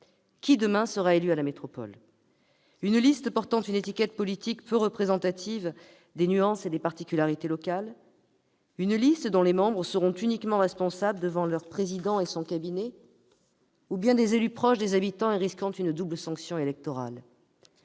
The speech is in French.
Qui, demain, sera élu au conseil métropolitain ? Les membres d'une liste portant une étiquette politique peu représentative des nuances et particularités locales ? Les membres d'une liste qui seront uniquement responsables devant leur président et son cabinet ? Ou bien des élus proches des habitants et risquant une double sanction électorale ?